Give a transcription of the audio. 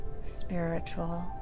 spiritual